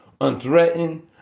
Unthreatened